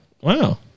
Wow